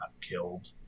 killed